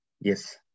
Yes